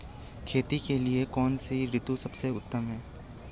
खेती के लिए कौन सी ऋतु सबसे उत्तम है?